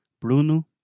Bruno